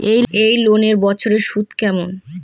এই লোনের বছরে সুদ কেমন?